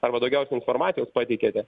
arba daugiausia informacijos pateikiate